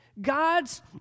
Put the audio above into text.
God's